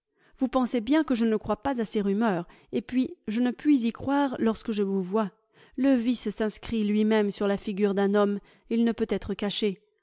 vous pensez bien que je ne crois pas à ces rumeurs et puis je ne puis y croire lorsque je vous vois le vice s'inscrit lui-même sur la figure d'un homme il ne peut être caché